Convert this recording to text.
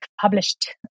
published